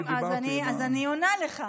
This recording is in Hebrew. אז אני עונה לך.